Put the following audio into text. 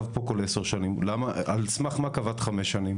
על סמך מה קבעת חמש שנים?